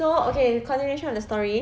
so okay the continuation of the story